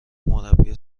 مربی